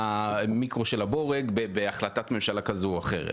המיקרו של הבורג בהחלטת ממשלה כזו או אחרת,